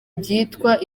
byitwa